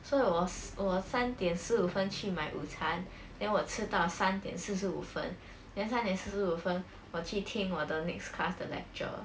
so it was 我三点十五分去买午餐 then 我吃到三点四十五分 then 三点四十五分我去听我的 next class 的 lecture